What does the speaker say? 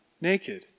naked